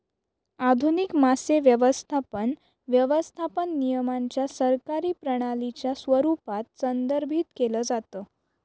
आधुनिक मासे व्यवस्थापन, व्यवस्थापन नियमांच्या सरकारी प्रणालीच्या स्वरूपात संदर्भित केलं जातं